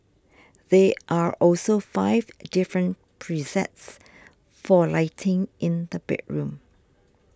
there are also five different presets for lighting in the bedroom